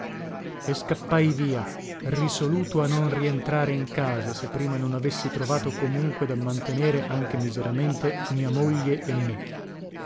suo e scappai via risoluto a non rientrare in casa se prima non avessi trovato comunque da mantenere anche miseramente mia moglie e me